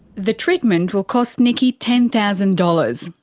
the treatment will cost nikki ten thousand dollars.